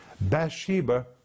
Bathsheba